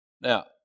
Now